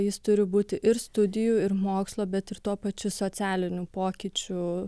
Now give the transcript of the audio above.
jis turi būti ir studijų ir mokslo bet ir tuo pačiu socialinių pokyčių